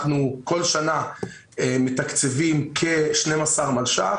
כל שנה אנחנו מתקצבים כ-12 מיליון שקלים